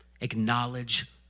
Acknowledge